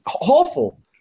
awful